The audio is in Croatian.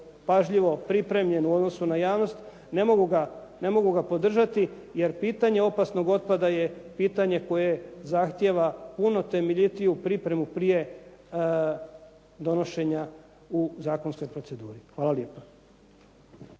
pažljivo pripremljen u odnosu na javnost ne mogu ga podržati jer pitanje opasnog otpada je pitanje koje zahtjeva puno temeljitiju pripremu prije donošenja u zakonskoj proceduri. Hvala lijepa.